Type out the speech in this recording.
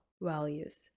values